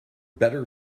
better